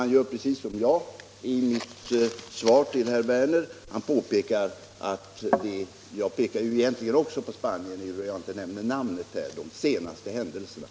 Han gör precis som jag i mitt svar till herr Werner i Malmö; jag pekar ju egentligen också på de senaste händelserna i Spanien ehuru jag inte nämner namnet.